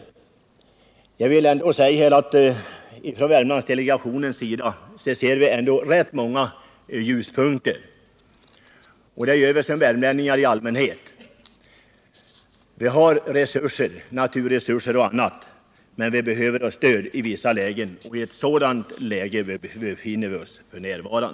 Jag vill därför säga att från Värmlandsdelegationens sida ser vi ändå rätt många ljuspunkter, och det gör vi som värmlänningar i allmänhet. Vi har naturresurser och andra resurser, men vi behöver stöd i vissa lägen, och i ett sådant läge befinner vi oss f. n.